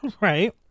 right